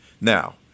Now